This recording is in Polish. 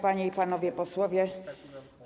Panie i Panowie Posłowie!